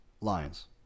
Lions